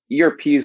ERPs